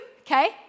okay